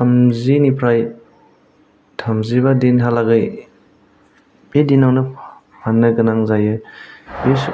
थामजिनिफ्राय थामजिबा दिनहालागै बे दिनावनो फाननो गोनां जायो